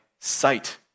sight